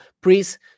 Please